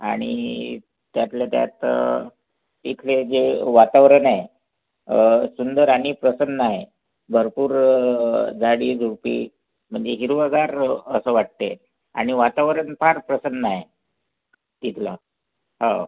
आणि त्यातल्या त्यात इथलं जे वातावरण आहे सुंदर आणि प्रसन्न आहे भरपूर झाडीझुडपे म्हणजे हिरवंगार असं वाटते आणि वातावरण फार प्रसन्न आहे इथलं हो